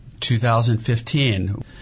2015